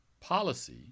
policy